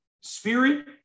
spirit